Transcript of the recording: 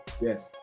Yes